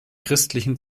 christlichen